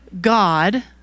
God